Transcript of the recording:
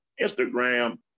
Instagram